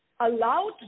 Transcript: allowed